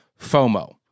FOMO